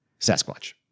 Sasquatch